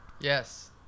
Yes